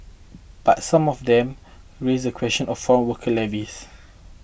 but some of them raise the question of foreign worker levies